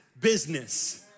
business